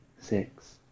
six